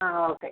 ആ ഓക്കെ